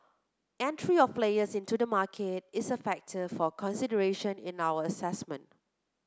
entry of players into the market is a factor for consideration in our assessment